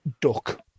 Duck